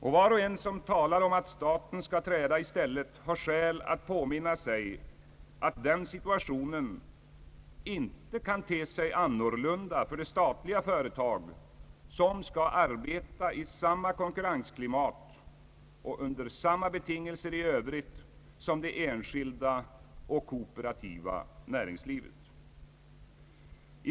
Och var och en som talar om att staten skall träda i stället har skäl att påminna sig att den situationen inte kan te sig annorlunda för det statliga företag som skall arbeta i samma konkurrensklimat och under samma betingelser i övrigt som det enskilda och kooperativa näringslivet.